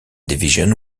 division